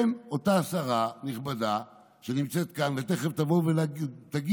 כן, אותה שרה נכבדה שנמצאת כאן ותכף תבוא ותגיד